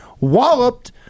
walloped